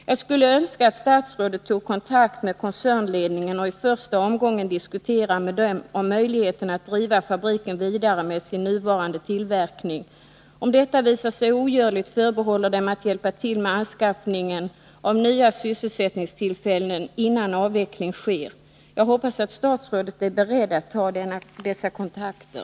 Jag skulle önska att statsrådet tog kontakt med koncernledningen och i första omgången diskuterade möjligheten att driva fabriken vidare med dess nuvarande tillverkning och, om detta skulle visa sig ogörligt, förmådde den att hjälpa till med anskaffning av nya sysselsättningstillfällen innan avveckling sker. Jag hoppas att statsrådet är beredd att ta dessa kontakter.